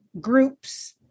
groups